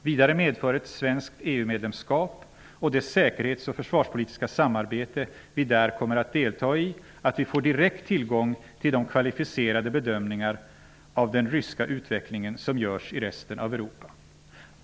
Vidare medför ett svenskt EU-medlemskap, och det säkerhets och försvarspolitiska samarbete vi där kommer att delta i, att vi får direkt tillgång till de kvalificerade bedömningar av den ryska utvecklingen, som görs i resten av Europa.